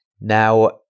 Now